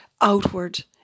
outward